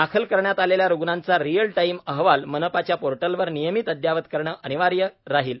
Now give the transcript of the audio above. दाखल करण्यात आलेल्या रुग्णांचा रिअल टाईम अहवाल मनपाच्या पोर्टलवर नियमित अद्यावत करणे अनिवार्य राहील